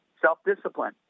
self-discipline